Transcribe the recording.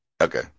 Okay